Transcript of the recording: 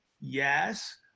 Yes